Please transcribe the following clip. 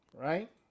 Right